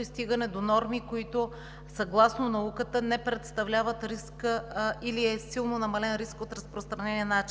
и стигане до норми, които съгласно науката не представляват риск или силно е намален рискът от разпространение на